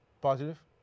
positive